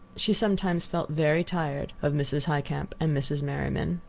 she sometimes felt very tired of mrs. highcamp and mrs. merriman.